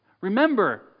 Remember